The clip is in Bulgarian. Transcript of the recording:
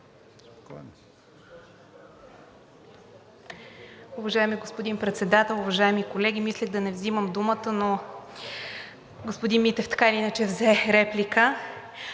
Уважаеми господин Председател, уважаеми колеги! Мислех да не взимам думата, но господин Митев така или иначе взе реплика.